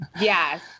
Yes